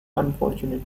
unfortunately